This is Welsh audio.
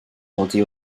godi